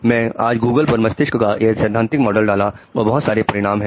मैंने आज गूगल पर मस्तिष्क का यह सैद्धांतिक मॉडल डाला है और बहुत सारे परिणाम है